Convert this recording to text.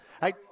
Hey